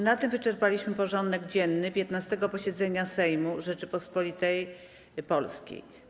Na tym wyczerpaliśmy porządek dzienny 15. posiedzenia Sejmu Rzeczypospolitej Polskiej.